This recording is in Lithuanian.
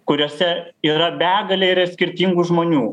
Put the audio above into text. kuriose yra begalė yra skirtingų žmonių